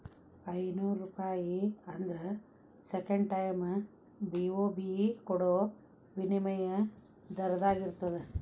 ಐನೂರೂಪಾಯಿ ಆದ್ರ second time BOB ಕೊಡೋ ವಿನಿಮಯ ದರದಾಗಿರ್ತದ